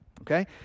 okay